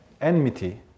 enmity